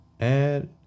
add